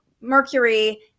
Mercury